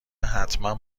حتما